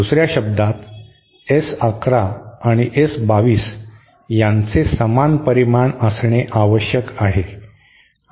दुसर्या शब्दात S 1 1 आणि S 2 2 यांचे समान परिमाण असणे आवश्यक आहे